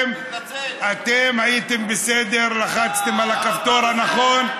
אתם הייתם בסדר, לחצתם על הכפתור הנכון.